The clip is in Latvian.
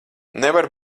nevar